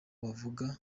bavuga